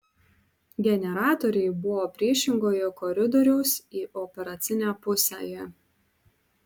generatoriai buvo priešingoje koridoriaus į operacinę pusėje